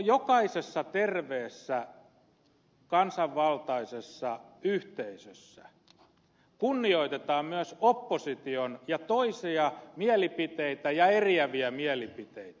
jokaisessa terveessä kansanvaltaisessa yhteisössä kunnioitetaan myös opposition mielipiteitä ja toisia mielipiteitä ja eriäviä mielipiteitä